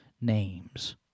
names